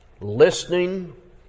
listening